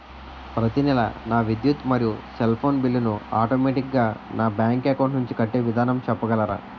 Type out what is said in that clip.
ప్రతి నెల నా విద్యుత్ మరియు సెల్ ఫోన్ బిల్లు ను ఆటోమేటిక్ గా నా బ్యాంక్ అకౌంట్ నుంచి కట్టే విధానం చెప్పగలరా?